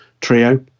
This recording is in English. trio